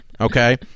okay